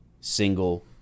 single